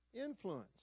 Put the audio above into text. influence